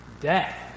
death